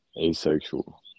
asexual